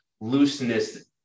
looseness